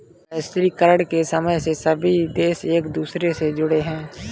वैश्वीकरण के समय में सभी देश एक दूसरे से जुड़े है